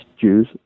Jews